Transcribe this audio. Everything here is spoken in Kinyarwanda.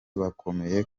bakomeye